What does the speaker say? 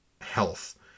health